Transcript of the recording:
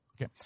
Okay